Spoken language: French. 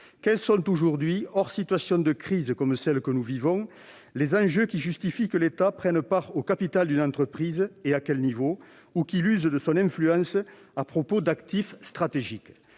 Quels sont aujourd'hui, hors situation de crise comme celle que nous vivons, les enjeux qui justifient que l'État prenne part au capital d'une entreprise- et à quel niveau ? -ou qu'il use de son influence pour sauver des actifs stratégiques ?